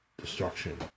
destruction